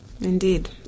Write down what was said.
Indeed